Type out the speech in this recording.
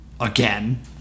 again